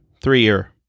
three-year